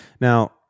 Now